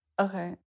Okay